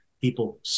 People